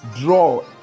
draw